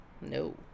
No